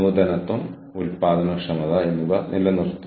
എനിക്കും താൽപ്പര്യമുണ്ടാകും